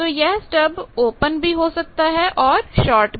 तो यह स्टबओपन भी हो सकता है और शार्ट भी